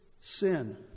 sin